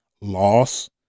Loss